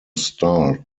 starred